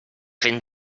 fent